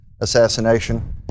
assassination